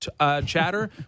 chatter